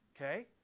Okay